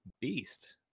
beast